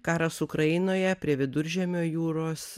karas ukrainoje prie viduržemio jūros